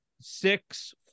Six